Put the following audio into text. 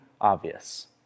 obvious